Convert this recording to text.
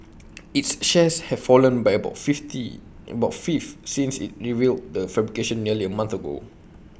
its shares have fallen by about A fifty about A fifth since IT revealed the fabrication nearly A month ago